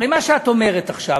מה שאת אומרת עכשיו,